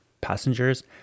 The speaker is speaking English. passengers